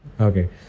Okay